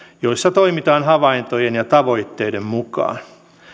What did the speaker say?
joissa toimitaan havaintojen ja tavoitteiden mukaan